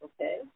Okay